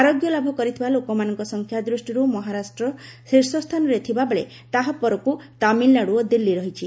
ଆରୋଗ୍ୟ ଲାଭ କରିଥିବା ଲୋକମାନଙ୍କ ସଂଖ୍ୟା ଦୃଷ୍ଟିରୁ ମହାରାଷ୍ଟ୍ର ଶୀର୍ଷସ୍ଥାନରେ ଥିବାବେଳେ ତାହା ପରକୁ ତାମିଲନାଡୁ ଓ ଦିଲ୍ଲୀ ରହିଛି